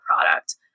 product